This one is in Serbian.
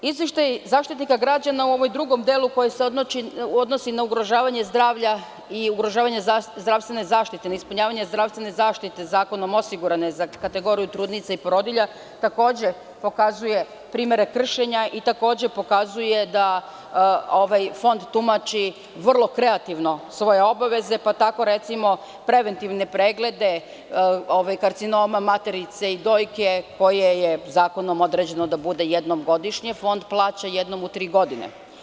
Izveštaj Zaštitnika građana u ovom drugom delu, koji se odnosi na ugrožavanje zdravlja i ugrožavanje zdravstvene zaštite, neispunjavanja zdravstvene zaštite zakonom osigurane za kategoriju trudnica i porodilja, takođe pokazuje primere kršenja i takođe pokazuje da Fond tumači vrlo kreativno svoje obaveze, pa tako, recimo, preventivne preglede karcinoma materice i dojke, koji su zakonom određeni da budu jednom godišnje, Fond plaća jednom u tri godine.